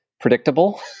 predictable